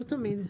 לא תמיד,